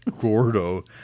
Gordo